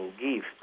gift